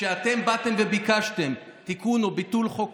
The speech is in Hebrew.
כשאתם באתם וביקשתם תיקון או ביטול חוק